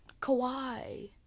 Kawhi